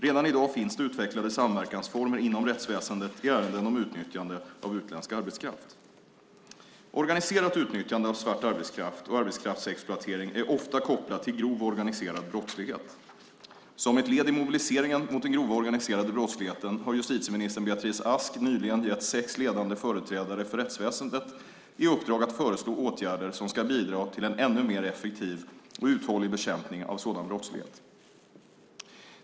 Redan i dag finns det utvecklade samverkansformer inom rättsväsendet i ärenden om utnyttjande av utländsk arbetskraft. Organiserat utnyttjande av svart arbetskraft och arbetskraftsexploatering är ofta kopplat till grov organiserad brottslighet. Som ett led i mobiliseringen mot den grova organiserade brottsligheten har justitieminister Beatrice Ask nyligen gett sex ledande företrädare för rättsväsendet i uppdrag att föreslå åtgärder som ska bidra till en ännu mer effektiv och uthållig bekämpning av sådan brottslighet.